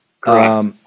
Correct